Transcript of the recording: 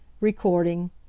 Recording